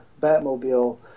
Batmobile